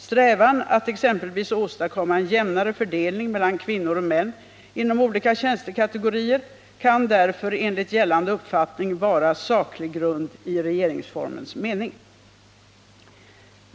Strävan att exempelvis åstadkomma en jämnare fördelning mellan kvinnor och män inom olika tjänstekategorier kan därför enligt gällande uppfattning vara saklig grund i regeringsformens mening.